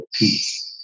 peace